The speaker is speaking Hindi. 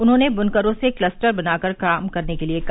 उन्होंने बुनकरों से क्लस्टर बना कर काम करने के लिये कहा